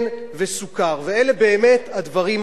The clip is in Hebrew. ואלה באמת הדברים הבסיסיים ביותר.